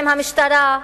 עם המשטרה,